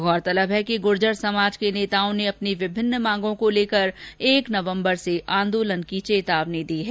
गौरतलब है कि गूर्जर समाज के नेताओं ने अपनी विभिन्न मांगों को लेकर एक नवम्बर से आंदोलन से आंदोलन की चेतावनी दी है